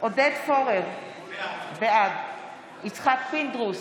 עודד פורר, בעד יצחק פינדרוס,